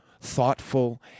thoughtful